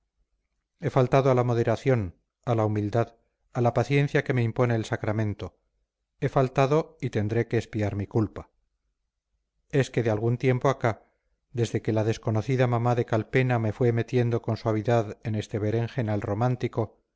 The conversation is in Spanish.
he faltado a la moderación a la humildad a la paciencia que me impone el sacramento he faltado y tendré que expiar mi culpa es que de algún tiempo acá desde que la desconocida mamá de calpena me fue metiendo con suavidad en este berenjenal romántico